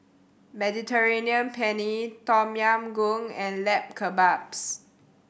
Mediterranean Penne Tom Yam Goong and Lamb Kebabs